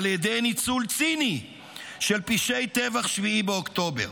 על ידי ניצול ציני של פשעי טבח 7 באוקטובר.